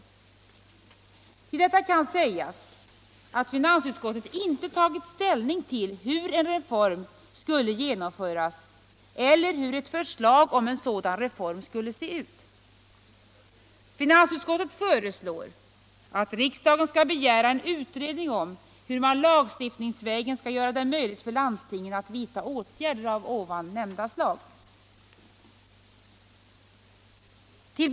Till detta 193 kan sägas att finansutskottet inte tagit ställning till hur en reform skulle genomföras eller hur ett förslag om en sådan reform skulle se ut. Finansutskottet föreslår att riksdagen skall begära en utredning om hur man lagstiftningsvägen skall göra det möjligt för landstingen att vidta åtgärder av ifrågavarande slag. Som bilaga till.